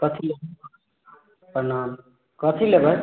कथी लेबै प्रणाम कथी लेबै